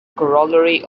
corollary